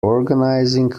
organizing